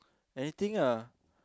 anything ah